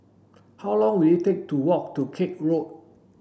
how long will it take to walk to Koek Road